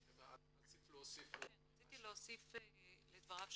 רציתי להוסיף לדברי המנכ"ל.